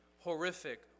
horrific